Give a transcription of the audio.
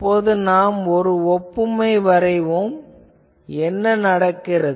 இப்போது நாம் ஒப்புமை வரைவோம் என்ன நடக்கிறது